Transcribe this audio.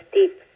deep